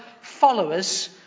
followers